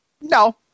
No